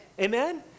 Amen